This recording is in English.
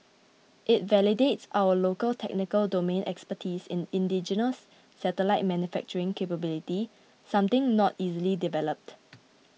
it validates our local technical domain expertise in indigenous satellite manufacturing capability something not easily developed